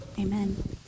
Amen